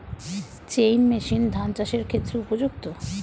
Chain machine ধান চাষের ক্ষেত্রে উপযুক্ত?